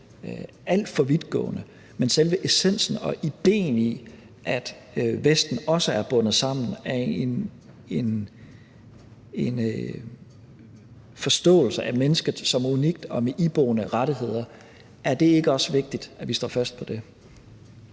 alt for vidtgående. Men selve essensen og idéen om, at Vesten også er bundet sammen af en forståelse af mennesket som unikt og med iboende rettigheder: Er det ikke også vigtigt, at vi står fast på det?